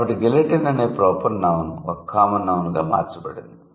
కాబట్టి గిలెటిన్ అనే proper noun ఒక కామన్ నౌన్ గా మార్చబడింది